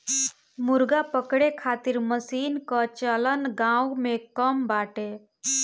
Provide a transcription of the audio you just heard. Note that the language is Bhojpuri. मुर्गा पकड़े खातिर मशीन कअ चलन गांव में कम बाटे